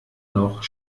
noch